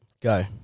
Go